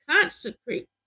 consecrate